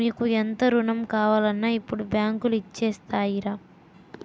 మీకు ఎంత రుణం కావాలన్నా ఇప్పుడు బాంకులు ఇచ్చేత్తాయిరా